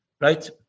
right